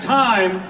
time